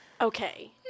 Okay